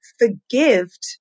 forgived